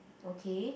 okay